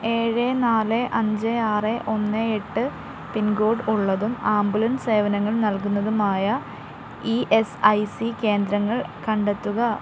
ഏഴ് നാല് അഞ്ച് ആറ് ഒന്ന് എട്ട് പിൻകോഡ് ഉള്ളതും ആംബുലൻസ് സേവനങ്ങൾ നൽകുന്നതുമായ ഇ എസ് ഐ സി കേന്ദ്രങ്ങൾ കണ്ടെത്തുക